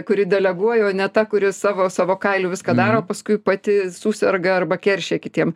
kuri deleguoja o ne ta kuri savo savo kailiu viską daro paskui pati suserga arba keršija kitiem